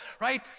right